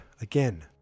again